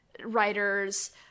writer's